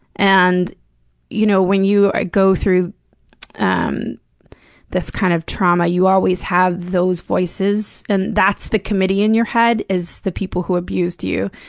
and you know when you ah go through um this kind of trauma, you always have those voices and that's the committee in your head, is the people who abused you.